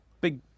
big